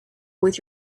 with